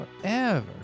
forever